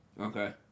Okay